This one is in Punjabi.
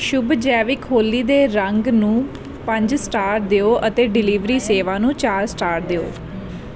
ਸ਼ੁਭ ਜੈਵਿਕ ਹੋਲੀ ਦੇ ਰੰਗ ਨੂੰ ਪੰਜ ਸਟਾਰ ਦਿਓ ਅਤੇ ਡਿਲੀਵਰੀ ਸੇਵਾ ਨੂੰ ਚਾਰ ਸਟਾਰ ਦਿਓ